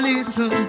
Listen